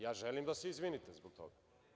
Ja želim da se izvinite zbog toga.